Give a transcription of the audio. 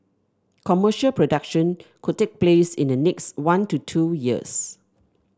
commercial production could take place in the next one to two years